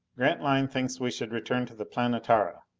grantline thinks we should return to the planetara.